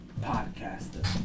podcaster